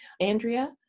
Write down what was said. Andrea